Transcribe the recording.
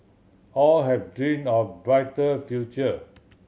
all had dream of brighter future